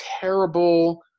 terrible